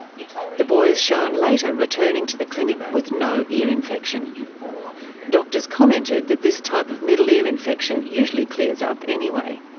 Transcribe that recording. you know the boy is shown later returning to the clinic with no ear infection. doctors commented that this type of middle ear infection usually clears up anyway.